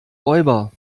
räuber